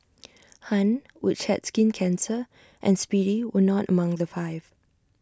han which had skin cancer and speedy were not among the five